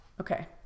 okay